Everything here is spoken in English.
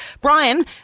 Brian